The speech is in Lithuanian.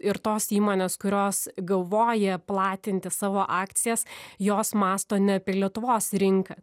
ir tos įmonės kurios galvoja platinti savo akcijas jos mąsto ne apie lietuvos rinką